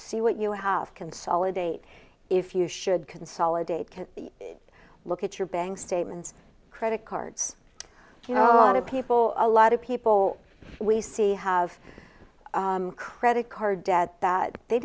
see what you have consolidate if you should consolidate can look at your bank statements credit cards you know you people a lot of people we see have credit card debt that they